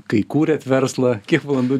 kai kūrėt verslą kiek valandų